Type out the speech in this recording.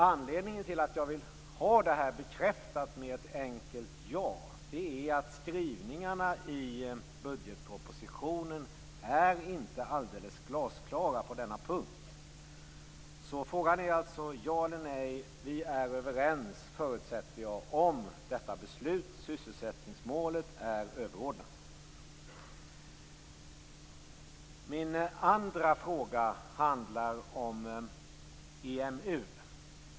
Anledningen till att jag vill ha en bekräftelse med ett enkelt ja är att skrivningarna i budgetpropositionen inte är alldeles glasklara på denna punkt. Så frågan är alltså: Ja eller nej? Vi är överens, förutsätter jag, om att detta beslut innebär att sysselsättningsmålet är överordnat. Min andra fråga handlar om EMU.